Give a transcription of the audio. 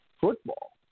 football